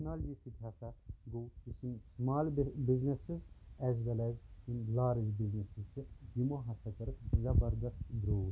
technology سۭتۍ ہسا گوٚو یُس یہِ small businesses as well as یِم لارٕج بِزنسٕز یِمو ہسا کٔر زبردست گروتھ